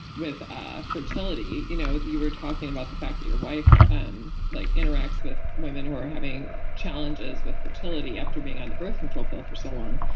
ah fertility. you know you were talking about the fact that your wife um like interacts with women who are having challenges with fertility after being on the birth control pill for so long.